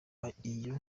hagize